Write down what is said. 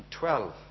12